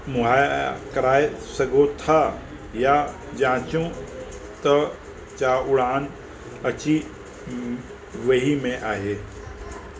मुहैया कराए सघो था या जाचु त जा उड़ान अची वेही में आहे